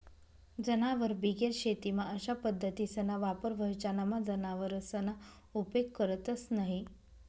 जनावरबिगेर शेतीमा अशा पद्धतीसना वापर व्हस ज्यानामा जनावरसना उपेग करतंस न्हयी